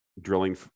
drilling